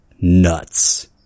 nuts